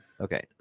Okay